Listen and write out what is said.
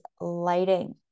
lighting